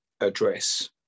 address